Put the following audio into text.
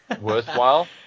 worthwhile